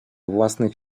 własnych